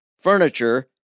furniture